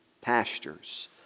pastures